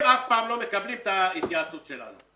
הם אף פעם לא מקבלים את ההתייעצות שלנו.